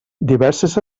diverses